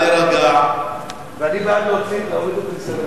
נא להירגע.